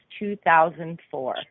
2004